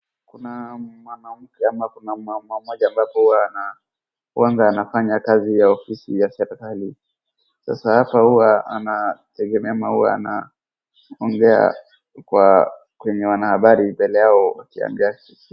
Kuna mwanamke ama kuna mama mmoja ambapo huwa ana, huanga anafanya kazi ya ofisi ya serikali, sasa hapa huwa anategemea ama huwa anaongea kwa, kwenye wanahabari mbele yao...